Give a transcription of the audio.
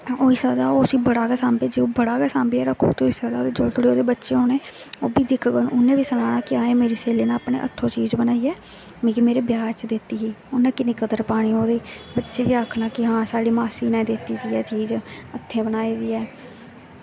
होई सकदा ओह् उसी बड़ा गै सांभियै रक्खग दे तो होई सकदा जदूं धोड़ी ओह्दे बच्चे होने ओह् बी दिक्खन एह् मेरी स्हेली ने हत्थों चीज बनाइयै मिगी मेरा ब्याह् च दित्ती ही उन्नै किन्नी कदर पानी ओह्दी बच्चें ने बी आखना साढ़ी मासी ने दित्ती दी ऐ चीज हत्थें बनाई दी ऐ